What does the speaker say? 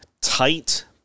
tight